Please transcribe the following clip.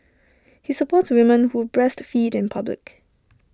he supports women who breastfeed in public